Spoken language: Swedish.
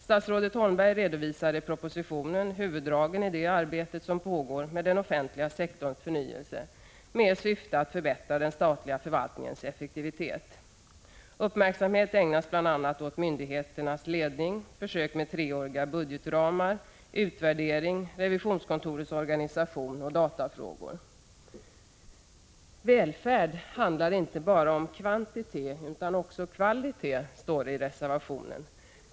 Statsrådet Holmberg redovisar i propositionen huvuddragen i det arbete som pågår med den offentliga sektorns förnyelse med syfte att förbättra den statliga förvaltningens effektivitet. Uppmärksamhet ägnas bl.a. åt myndigheternas ledning, försök med treåriga budgetramar, utvärdering, revisionskontorens organisation och datafrågor. Välfärd handlar inte bara om kvantitet utan också om kvalitet, står det i reservationen.